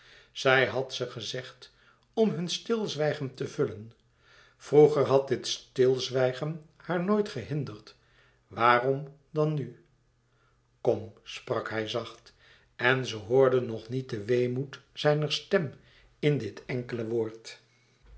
zij had ze gezegd om hun stilzwijgen te vullen vroeger had dit stilzwijgen haar nooit gehinderd waarom dan nu kom sprak hij zacht en ze hoorde nog niet den weemoed zijner stem in dit enkele woord